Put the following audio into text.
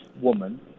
woman